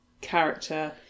character